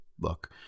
look